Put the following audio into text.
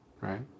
right